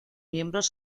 miembros